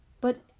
But